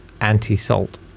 anti-salt